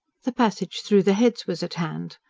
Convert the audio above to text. the passage through the heads was at hand.